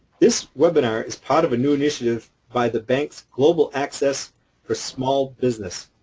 this webinar is part of a new initiative by the bank's global access for small business.